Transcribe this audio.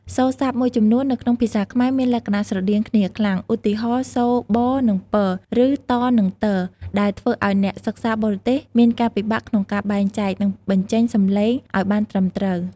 សូរស័ព្ទមួយចំនួននៅក្នុងភាសាខ្មែរមានលក្ខណៈស្រដៀងគ្នាខ្លាំង ឧទាហរណ៍ សូរ ប និង ព ឬ ត និង ទ ដែលធ្វើឱ្យអ្នកសិក្សាបរទេសមានការពិបាកក្នុងការបែងចែក និងបញ្ចេញសំឡេងឱ្យបានត្រឹមត្រូវ។